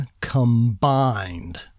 combined